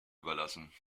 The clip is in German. überlassen